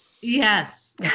Yes